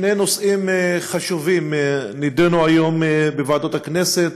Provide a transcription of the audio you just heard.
שני נושאים חשובים נדונו היום בוועדות הכנסת: